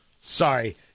Sorry